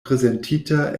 prezentita